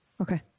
Okay